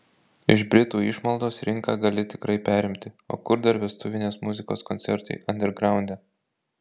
iš britų išmaldos rinką gali tikrai perimti o kur dar vestuvinės muzikos koncertai andergraunde